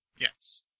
Yes